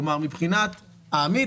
כלומר מבחינת העמית,